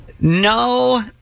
no